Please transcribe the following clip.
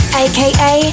aka